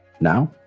Now